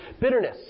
Bitterness